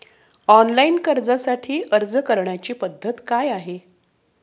Online कर्जासाठी अर्ज करण्याची पद्धत काय आहे?